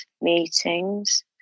meetings